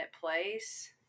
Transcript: place